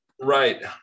Right